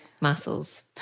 muscles